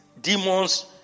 demons